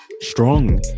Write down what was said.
strong